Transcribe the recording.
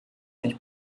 nicht